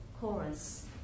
chorus